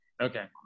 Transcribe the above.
Okay